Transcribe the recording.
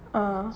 ah